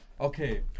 Okay